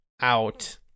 out